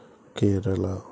Kerala